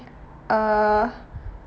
uh